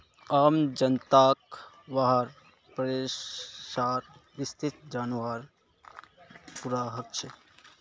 आम जनताक वहार पैसार स्थिति जनवार पूरा हक छेक